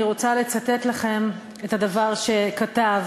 אני רוצה לצטט לכם את הדבר שכתב